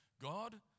God